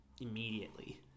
immediately